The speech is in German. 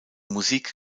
musik